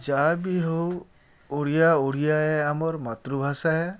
ଯାହା ବି ହଉ ଓଡ଼ିଆ ଓଡ଼ିଆ ଆମର ମାତୃଭାଷା ହେ